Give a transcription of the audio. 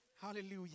hallelujah